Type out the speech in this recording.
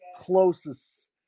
closest